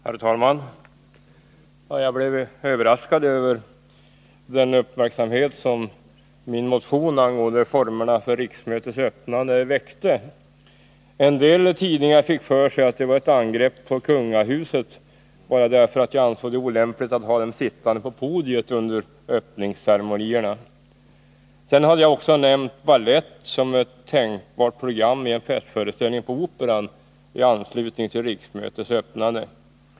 Herr talman! Jag blev överraskad över den uppmärksamhet som min motion angående formerna för riksmötets öppnande väckte. En del tidningar fick för sig att det var ett angrepp på kungahuset, bara därför att jag ansåg det olämpligt att ha kungaparet sittande på podiet under öppningsceremonierna. Sedan hade jag också nämnt balett som ett tänkbart program i en festföreställning på Operan i anslutning till riksmötets öppnande.